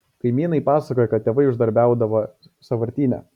kaimynai pasakoja kad tėvai uždarbiaudavę sąvartyne